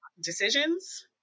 decisions